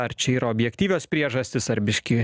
ar čia yra objektyvios priežastys ar biški